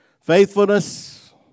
faithfulness